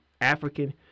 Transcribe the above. African